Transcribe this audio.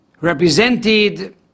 represented